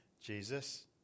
Jesus